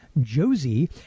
Josie